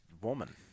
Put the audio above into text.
woman